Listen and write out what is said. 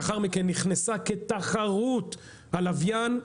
לאחר מכן נכנסה כתחרות, הלוויין.